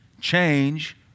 change